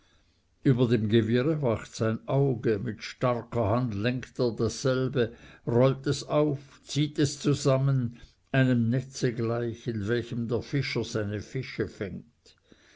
über dem gewirre wacht sein auge mit starker hand lenkt er dasselbe rollt es auf zieht es zusammen einem netze gleich in welchem der fischer seine fische fängt